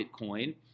Bitcoin